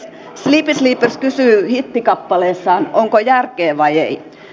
sleepy sleepers kysyy hittikappaleessaan onko järkee vai ei